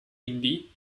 indie